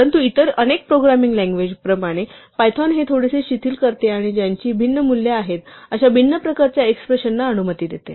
परंतु इतर अनेक प्रोग्रामिंग लँग्वेज प्रमाणे Python हे थोडेसे शिथिल करते आणि ज्यांची भिन्न मूल्ये आहेत अशा भिन्न प्रकारच्या एक्सप्रेशनना अनुमती देते